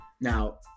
Now